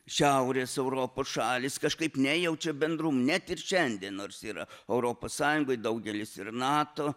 šiaurės europos šalys kažkaip nejaučia bendrumo net ir šiandien nors yra europos sąjungoj daugelis ir nato